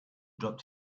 dropped